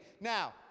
Now